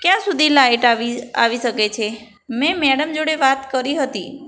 ક્યાં સુધી લાઇટ આવી આવી આવી શકે છે મેં મેડમ જોડે વાત કરી હતી